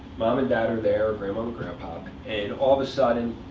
mom and dad are there, grandmom and grandpop. and all of a sudden,